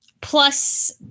Plus